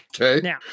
Okay